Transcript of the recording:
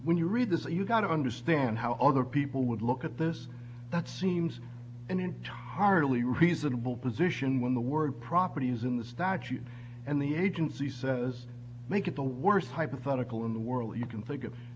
when you read this you've got to understand how other people would look at this that seems in hardily reasonable position when the word property is in the statute and the agency says make it the worst hypothetical in the world you can think of